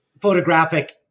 photographic